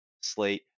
slate